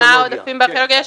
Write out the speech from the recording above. מה עוד עושים בארכיאולוגיה?